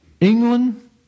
England